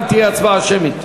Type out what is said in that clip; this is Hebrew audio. בושה וחרפה.